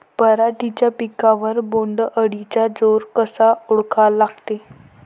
पराटीच्या पिकावर बोण्ड अळीचा जोर कसा ओळखा लागते?